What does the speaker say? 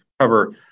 cover